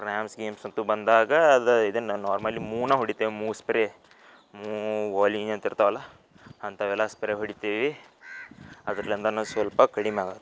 cramps ಗೀಮ್ಸ್ ಅಂತ ಬಂದಾಗ ಅದೇ ಇದನ್ನು ನಾರ್ಮಲಿ ಮೂನೇ ಹೊಡಿತೇವೆ ಮೂ ಸ್ಪ್ರೇ ಮೂ ವೊಲಿನಿ ಅಂತ ಇರ್ತವಲ್ಲ ಅಂಥವೆಲ್ಲ ಸ್ಪ್ರೇ ಹೊಡಿತೀವಿ ಅದರಿಂದನೂ ಸ್ವಲ್ಪ ಕಡಿಮೆ ಆಗುತ್ತೆ